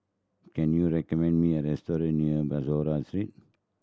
can you recommend me a restaurant near Bussorah Street